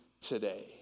today